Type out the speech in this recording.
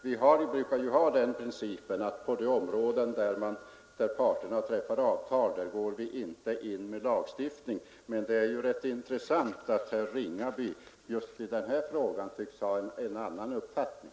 Vi brukar ha den principen att på de områden där parterna träffar avtal går vi inte in med lagstiftning. Det är intressant att herr Ringaby just i den här frågan tycks ha en annan uppfattning.